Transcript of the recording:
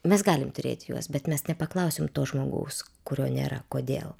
mes galim turėti juos bet mes nepaklausim to žmogaus kurio nėra kodėl